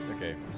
Okay